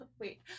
wait